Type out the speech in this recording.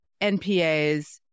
NPAs